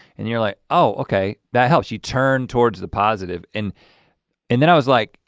and you're like, oh, okay, that helps. you turn towards the positive. and and then i was like,